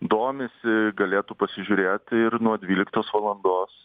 domisi galėtų pasižiūrėti ir nuo dvyliktos valandos